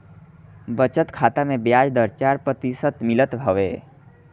बचत खाता में बियाज दर चार प्रतिशत मिलत हवे